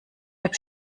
app